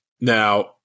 Now